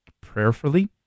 prayerfully